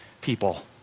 people